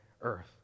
earth